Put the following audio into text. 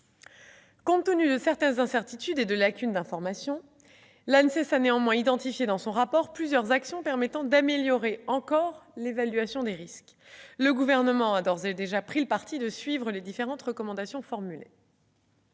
Compte tenu de certaines incertitudes et de lacunes d'information, l'ANSES a néanmoins identifié dans son rapport plusieurs actions permettant d'améliorer l'évaluation des risques. Le Gouvernement a d'ores et déjà pris le parti de suivre les différentes recommandations formulées.